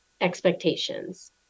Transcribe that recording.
expectations